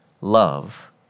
Love